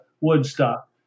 Woodstock